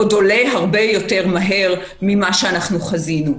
עוד עולה הרבה יותר מהר ממה שאנחנו חזינו.